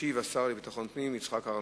ישיב השר לביטחון פנים יצחק אהרונוביץ.